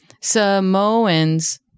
Samoans